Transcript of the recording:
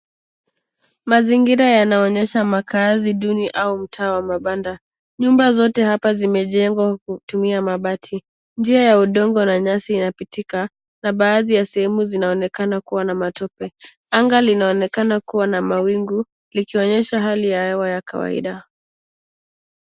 Mazingira yanaonyesha makazi duni au mtaa wa mabanda. Nyumba zote hapa zimejengwa kwa kutumia mabati. Njia ni ya udongo na nyasi inapitika. Baadhi ya sehemu zinaonekana kuwa na matope. Anga linaonekana kuwa na mawingu, likionyesha hali ya hewa ya kawaida.